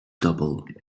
double